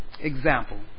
example